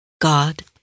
God